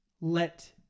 let